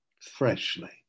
freshly